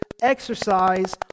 exercise